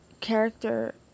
Character